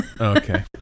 Okay